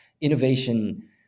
innovation